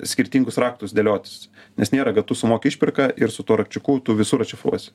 skirtingus raktus dėliotis nes nėra kad tu sumoki išpirką ir su tuo rakčiuku tu visur atšifruosi